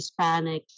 Hispanics